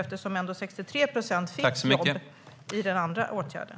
Det var ändå 63 procent som fick jobb i den andra åtgärden.